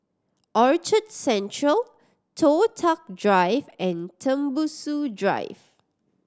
Orchard Central Toh Tuck Drive and Tembusu Drive